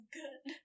good